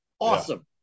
Awesome